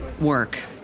work